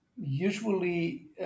usually